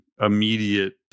immediate